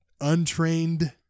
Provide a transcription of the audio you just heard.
untrained